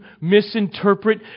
misinterpret